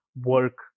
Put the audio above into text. work